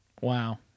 Wow